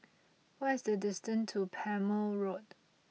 what is the distance to Palmer Road